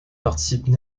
participent